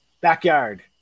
backyard